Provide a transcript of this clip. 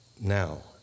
now